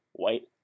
white